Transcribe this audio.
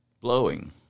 blowing